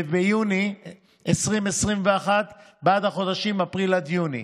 וביוני 2021 בעד החודשים אפריל עד יוני,